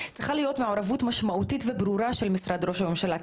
צריכה להיות מעורבות משמעותית וברורה של משרד ראש הממשלה.